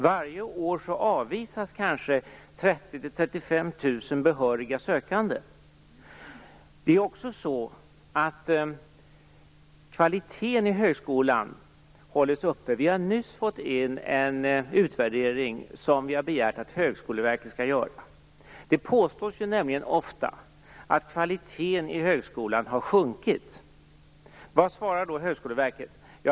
Varje år avvisas Kvaliteten i högskolan hålls uppe. Vi har nyss fått in en utvärdering som vi har begärt av Högskoleverket. Det påstås ofta att kvaliteten i högskolan har sjunkit. Hur bemöter då Högskoleverket det?